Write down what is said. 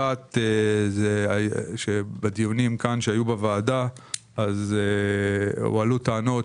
סיבה אחת זה שבדיונים שהיו כאן בוועדה הועלו טענות